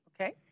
Okay